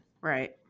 Right